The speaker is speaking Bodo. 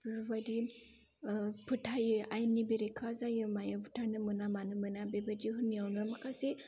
बेफोरबायदि फोथाइयो आयेननि बेरेखा जायो मायो बुथारनो मोना मानो मोना बिदि होननायावनो गासै